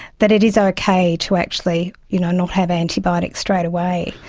that it is okay to actually you know not have antibiotics straight away.